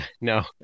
no